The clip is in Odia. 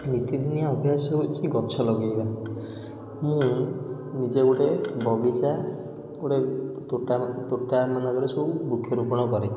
ନୀତିଦିନିଆ ଅଭ୍ୟାସ ହେଉଛି ଗଛ ଲଗେଇବା ମୁଁ ନିଜେ ଗୋଟେ ବଗିଚା ଗୋଟେ ତୋଟା ତୋଟାମାନଙ୍କରେ ସବୁ ବୃକ୍ଷରୋପଣ କରେ